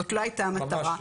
זאת לא הייתה המטרה.